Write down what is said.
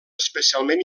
especialment